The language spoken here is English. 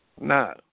No